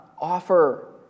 offer